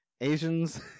Asians